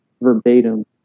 verbatim